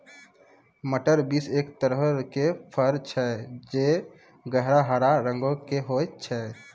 मटर बींस एक तरहो के फर छै जे गहरा हरा रंगो के होय छै